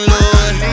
Lord